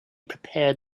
prepared